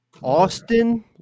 Austin